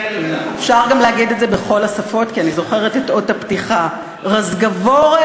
אפשר גם להגיד את זה בכל השפות כי אני זוכרת את אות הפתיחה: רזגבורה,